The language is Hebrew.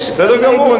יש, בסדר גמור.